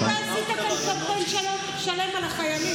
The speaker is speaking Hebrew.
אתה עשית כאן קמפיין שלם על החיילים.